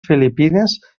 filipines